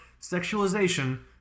sexualization